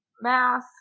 math